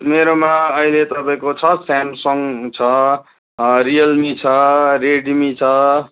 मेरोमा अहिले तपाईँको छ स्यामसङ छ छ छ